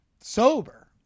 sober